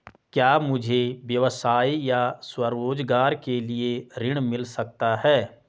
क्या मुझे व्यवसाय या स्वरोज़गार के लिए ऋण मिल सकता है?